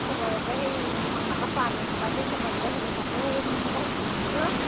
চবলৈকে হেৰি আপোনালোকৰ ছোৱালীহতঁৰপৰা ধৰি চবলৈকে সেইবোৰ কাপোৰ হেৰি বিশালৰপৰাহে আনিছোঁ